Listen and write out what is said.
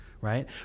right